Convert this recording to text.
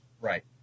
Right